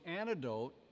antidote